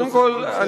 קודם כול,